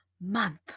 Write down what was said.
month